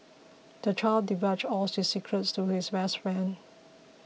the child divulged all his secrets to his best friend